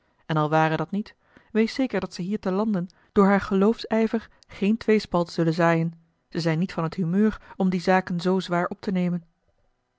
en al ware dat niet wees zeker dat ze hier te lande door haar geloofsijver geen tweespalt zullen zaaien ze zijn niet van t humeur om die zaken zoo zwaar op te nemen